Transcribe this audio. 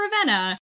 Ravenna